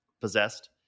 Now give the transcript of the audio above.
possessed